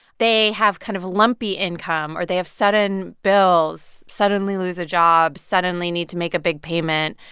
they have kind of a lumpy income. or they have sudden bills, suddenly lose a job, suddenly need to make a big payment,